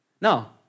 Now